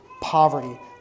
poverty